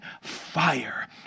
fire